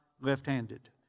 left-handed